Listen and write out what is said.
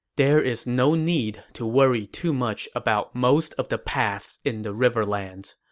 there is no need to worry too much about most of the paths in the riverlands.